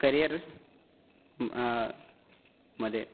career मध्ये